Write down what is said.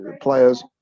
players